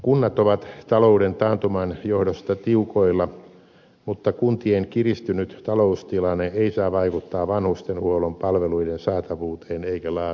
kunnat ovat talouden taantuman johdosta tiukoilla mutta kuntien kiristynyt taloustilanne ei saa vaikuttaa vanhustenhuollon palveluiden saatavuuteen eikä laatuun